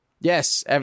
Yes